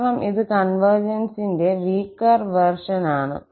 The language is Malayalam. കാരണം ഇത് കോൺവെർജൻസിന്റെ വീകെർ വേർഷൻ ആണ്